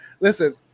listen